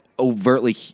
overtly